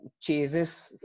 chases